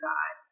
God